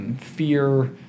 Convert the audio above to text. fear